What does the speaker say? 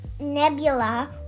Nebula